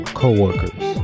co-workers